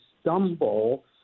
stumble